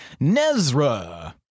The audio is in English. nezra